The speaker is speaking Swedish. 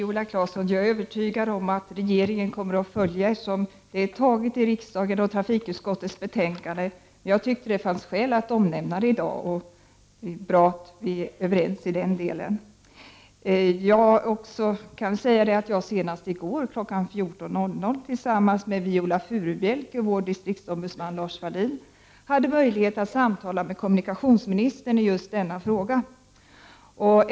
Fru talman! Jag är övertygad om att regeringen kommer att följa riksdagens beslut i enlighet med trafikutskottets betänkande. Jag tyckte det fanns skäl att omnämna det i dag. Det är bra att vi är överens i den delen. Jag kan också säga att jag senast i går kl. 14.00 tillsammans med Viola Furubjelke och vår distriktsombudsman Lars Wallin hade möjlighet att tala med kommunikationsministern i just denna fråga.